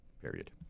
period